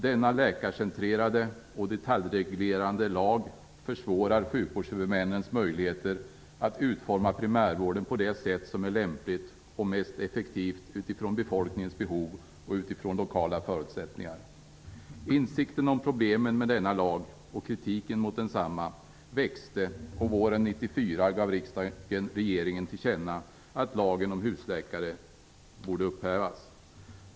Denna läkarcentrerade och detaljreglerande lag försvårar sjukvårdshuvudmännens möjligheter att utforma primärvården på det sätt som är lämpligt och mest effektivt utifrån befolkningens behov och lokala förutsättningar. Insikten om problemen med denna lag och kritiken mot densamma växte. Våren 1994 gav riksdagen regeringen till känna att lagen om husläkare borde upphävas.